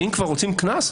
ואם כבר רוצים קנס?